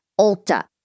Ulta